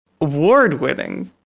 award-winning